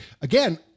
again